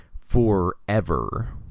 forever